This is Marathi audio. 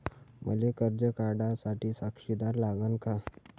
मले कर्ज काढा साठी साक्षीदार लागन का?